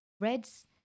reds